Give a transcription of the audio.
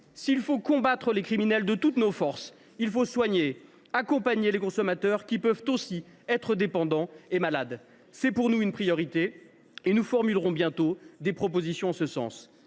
nous faut combattre les criminels de toutes nos forces, il faut aussi soigner et accompagner les consommateurs, qui peuvent être dépendants et malades. C’est pour nous une priorité et nous formulerons bientôt des propositions en ce sens.